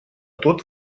тот